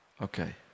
Okay